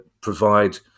provide